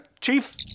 Chief